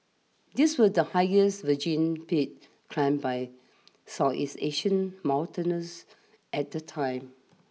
these were the highest virgin peaks climbed by Southeast Asian mountaineers at the time